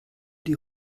die